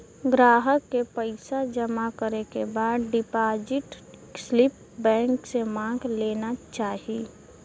ग्राहक के पइसा जमा करे के बाद डिपाजिट स्लिप बैंक से मांग लेना चाही